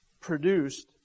produced